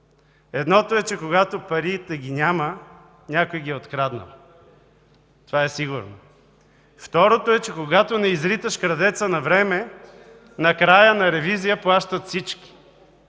Едното е, че когато парите ги няма, някой ги е откраднал. Това е сигурно! Второто е, че когато не изриташ крадеца навреме, накрая на ревизия плащат всички.